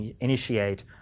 initiate